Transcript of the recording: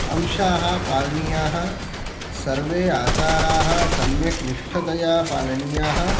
अंशाः पालनीयाः सर्वे आचाराः सम्यक् निष्ठतया पालनीयाः